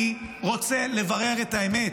אני רוצה לברר את האמת.